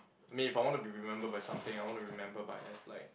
I mean if I want to be remember by something I want to remember by as like